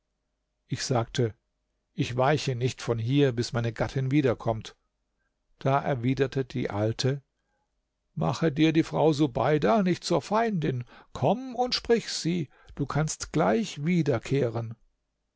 ich sagte ich weiche nicht von hier bis meine gattin wiederkommt da erwiderte die alte mache dir die frau subeida nicht zur feindin komm und sprich sie du kannst gleich wiederkehren